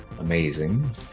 Amazing